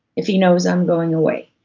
if he knows i'm going away.